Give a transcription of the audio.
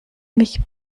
mich